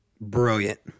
Brilliant